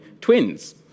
twins